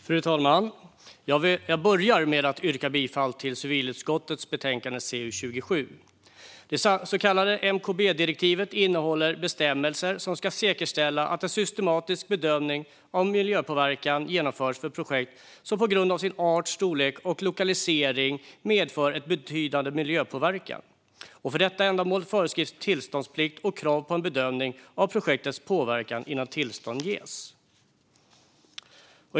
Fru talman! Jag börjar med att yrka bifall till civilutskottets förslag i betänkande CU27. Det så kallade MKB-direktivet innehåller bestämmelser som ska säkerställa att en systematisk bedömning av miljöpåverkan genomförs för projekt som på grund av sin art, storlek och lokalisering medför betydande miljöpåverkan. För detta ändamål föreskrivs tillståndsplikt och krav på en bedömning av projektets påverkan innan tillstånd ges.